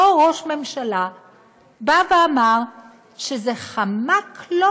אותו ראש ממשלה בא ואמר שזה חמק לו